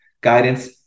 guidance